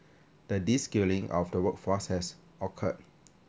the descaling of the workforce has occurred